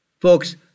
folks